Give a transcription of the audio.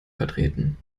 vertreten